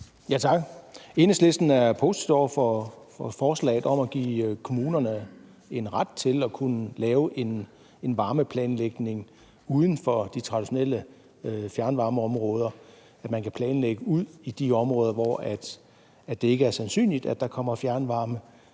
Tak. Enhedslisten er positiv over for forslaget om at give kommunerne en ret til at kunne lave en varmeplanlægning uden for de traditionelle fjernvarmeområder, at man kan planlægge ude i de områder, hvor det ikke er sandsynligt, at der kommer fjernvarme,